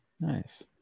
Nice